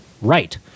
right